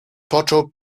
począł